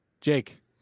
jake